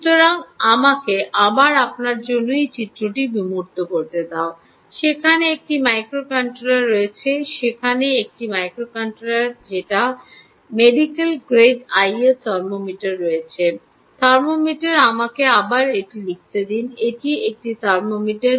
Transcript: সুতরাং আমাকে আবার আপনার জন্য এই চিত্রটি বিমূর্ত করতে দাও সেখানে একটি মাইক্রোকন্ট্রোলার রয়েছে সেখানে একটি মাইক্রোকন্ট্রোলার রয়েছে এবং সেখানে মেডিকেল গ্রেড আইআর থার্মোমিটার রয়েছে থার্মোমিটার আমাকে আবার এটি লিখতে দিন এটি একটি থার্মোমিটার